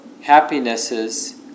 happinesses